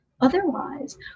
Otherwise